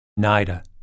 NIDA